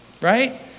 right